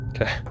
Okay